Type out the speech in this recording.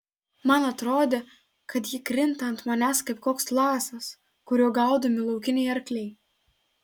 man atrodė kad ji krinta ant manęs kaip koks lasas kuriuo gaudomi laukiniai arkliai